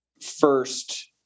first